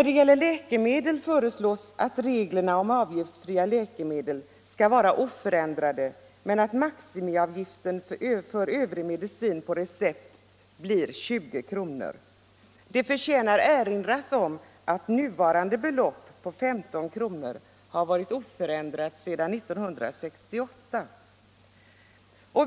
Beträffande läkemedel föreslås att reglerna om avgiftsfria läkemedel skall vara oförändrade men att maximiavgiften för övrig medicin på recept blir 20 kr. Det förtjänar erinras om att nuvarande belopp, 15 kr., har varit oförändrat sedan 1968.